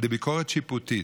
על ידי ביקורת שיפוטית.